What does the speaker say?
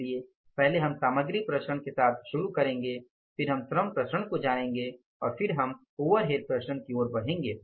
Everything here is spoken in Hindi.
इसलिए पहले हम सामग्री विचरण के साथ शुरू करेंगे फिर हम श्रम विचरण को जानेंगे और फिर हम ओवरहेड विचरण की ओर बढ़ेंगे